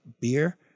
beer